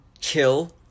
kill